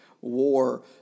war